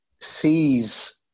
sees